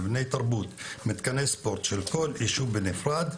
למבני תרבות ומתקני ספורט של כל יישוב בנפרד,